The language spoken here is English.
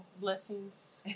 blessings